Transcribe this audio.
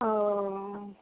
ओ